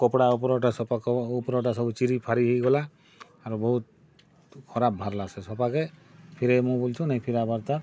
କପଡ଼ା ଉପରଟା ସପା ଉପରଟା ସବୁ ଚିରି ଫାରି ହେଇଗଲା ଆରୁ ବହୁତ ଖରାପ୍ ବାହାରିଲା ସପାକେ ଫେରେଇମୁ ବୋଲଚୁଁ ନେଇ ଫିରାବାରତା